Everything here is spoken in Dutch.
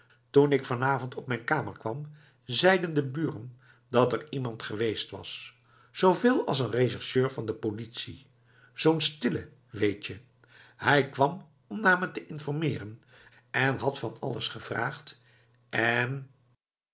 toen ik van avond op mijn kamer kwam zeiden de buren dat er iemand geweest was zooveel als een rechercheur van de politie zoo'n stille weet je hij kwam om naar mij te informeeren en had vaa alles gevraagd en